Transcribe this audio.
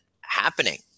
happening